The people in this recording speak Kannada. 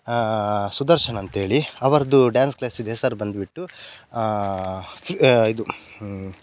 ಸುದರ್ಶನ್ ಅಂತೇಳಿ ಅವರದ್ದು ಡ್ಯಾನ್ಸ್ ಕ್ಲಾಸಿಂದು ಹೆಸರು ಬಂದುಬಿಟ್ಟು ಇದು